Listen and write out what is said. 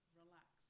relax